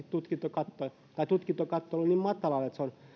tutkintokatto on ollut niin matalalla että se on